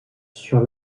sur